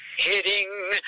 Hitting